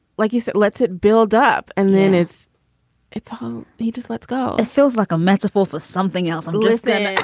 like you said, let's it build up and then it's it's um he just lets go it feels like a metaphor for something else and listen,